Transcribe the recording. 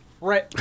Right